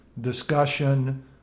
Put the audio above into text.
discussion